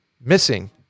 missing